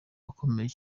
akomeye